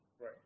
Right